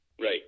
Right